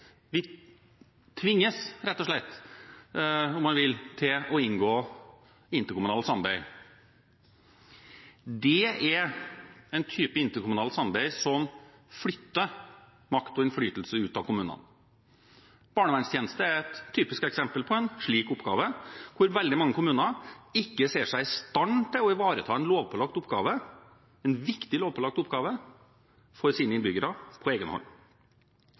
rett og slett tvinges – om man vil – til å inngå interkommunalt samarbeid. Det er en type interkommunalt samarbeid som flytter makt og innflytelse ut av kommunene. Barnevernstjenesten er et typisk eksempel på en slik oppgave hvor veldig mange kommuner ikke ser seg i stand til å ivareta en viktig lovpålagt oppgave for sine innbyggere på